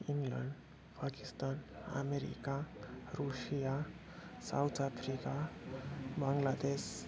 England Pakistan America Russia South Africa Bangladesh